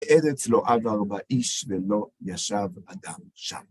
ארץ לא עבר בה איש ולא ישב אדם שם.